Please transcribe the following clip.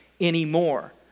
anymore